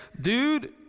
dude